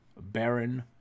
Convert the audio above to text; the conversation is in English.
Baron